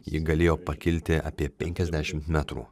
ji galėjo pakilti apie penkiasdešimt metrų